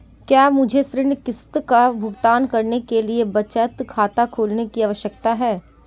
क्या मुझे ऋण किश्त का भुगतान करने के लिए बचत खाता खोलने की आवश्यकता है?